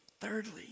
Thirdly